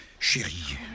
chérie